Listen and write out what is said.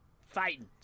fighting